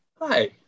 Hi